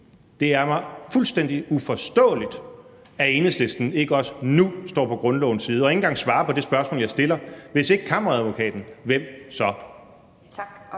Det er mig fuldstændig uforståeligt, at Enhedslisten ikke også nu står på grundlovens side og ikke engang svarer på det spørgsmål, jeg stiller: Hvis ikke Kammeradvokaten, hvem skal